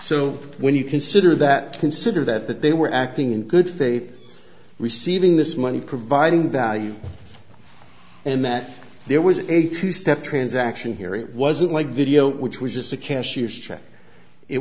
so when you consider that consider that they were acting in good faith receiving this money providing value and that there was a two step transaction here it wasn't like video which was just a cashier's check it